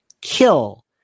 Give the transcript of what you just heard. kill